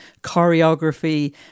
choreography